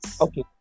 okay